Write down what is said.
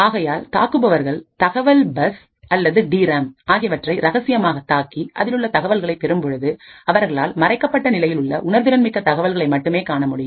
ஆகையால் தாக்குபவர்கள் தகவல் பஸ் அல்லது டிராம் ஆகியவற்றை ரகசியமாக தாக்கி அதிலுள்ள தகவல்களை பெரும்பொழுது அவர்களால் மறைக்கப்பட்ட நிலையிலுள்ள உணர்திறன் மிக்க தகவல்களை மட்டுமே காணமுடியும்